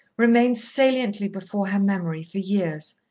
remained saliently before her memory for years.